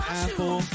apple